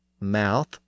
mouth